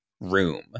room